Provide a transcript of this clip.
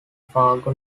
fargo